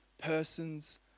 persons